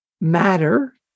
matter